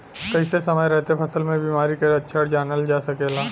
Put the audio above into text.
कइसे समय रहते फसल में बिमारी के लक्षण जानल जा सकेला?